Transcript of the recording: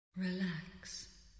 Relax